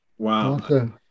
Wow